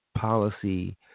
policy